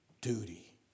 duty